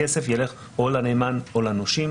הכסף ילך או לנאמן או לנושים,